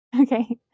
Okay